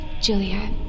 Julia